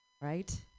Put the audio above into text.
Right